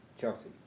Chelsea